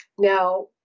Now